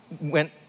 went